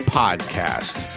podcast